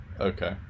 Okay